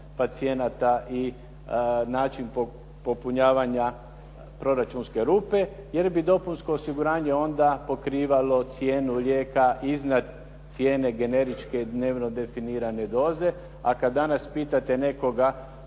pacijenata i način popunjavanja proračunske rupe jer bi dopunsko osiguranje onda pokrivalo cijenu lijeka iznad cijene generičke dnevno definirane doze. A kad danas pitate nekoga